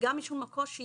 וגם משום הקושי